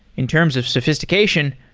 in terms of sophistication,